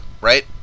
right